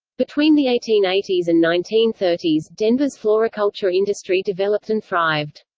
between the eighteen eighty s and nineteen thirty s, denver's floriculture industry developed and thrived.